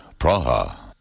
Praha